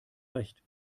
recht